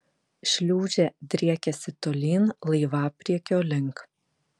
šliūžė driekėsi tolyn laivapriekio link